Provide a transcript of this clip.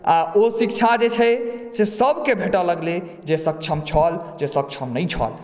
आ ओ शिक्षा जे छै सबके भेटय लगलै जे सक्षम छल जे सक्षम नहि छल